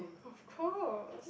of course